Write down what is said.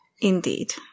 Indeed